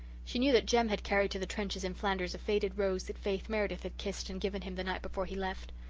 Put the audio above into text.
she knew that jem had carried to the trenches in flanders a faded rose that faith meredith had kissed and given him the night before he left.